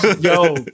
Yo